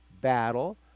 battle